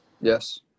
Yes